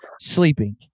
sleeping